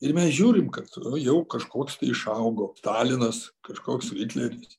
ir mes žiūrim kad jau kažkoks tai išaugo stalinas kažkoks hitleris